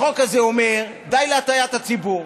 החוק הזה אומר: די להטעיית הציבור.